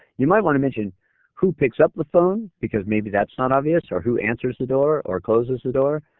you might want to mention who picks up the phone, because maybe that's not obvious or who answers the door or closes the door.